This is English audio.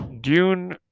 Dune